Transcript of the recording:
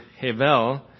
Hevel